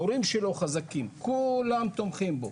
ההורים שלו חזקים, כולם תומכים בו.